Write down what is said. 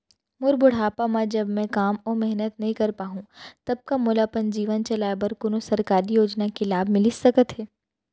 मोर बुढ़ापा मा जब मैं काम अऊ मेहनत नई कर पाहू तब का मोला अपन जीवन चलाए बर कोनो सरकारी योजना के लाभ मिलिस सकत हे?